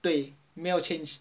对没有 change